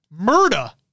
Murda